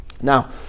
Now